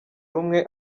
rumwe